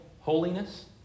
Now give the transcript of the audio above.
holiness